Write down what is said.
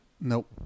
Nope